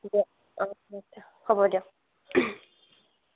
দিয়ক অঁ হ'ব দিয়ক